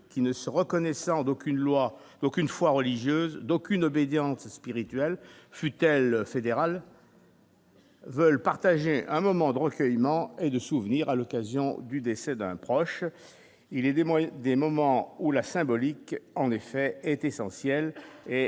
qui ne se reconnaissant d'aucune loi, aucune foi religieuse d'aucune obédience spirituel fut-elle fédéral. Veulent partager un moment de recueillement et de souvenir à l'occasion du décès d'un proche, il est des moyens, des moments où la symbolique en effet est essentielle et la